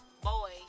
boy